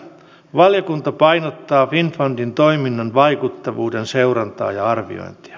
valiokunta painottaa finnfundin toiminnan vaikuttavuuden seurantaa ja arviointia